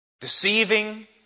deceiving